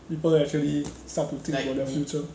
people actually start to think about their future